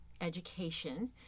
education